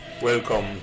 Welcome